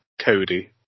Cody